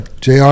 jr